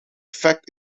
effect